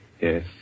Yes